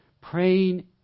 Praying